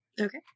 Okay